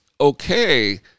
okay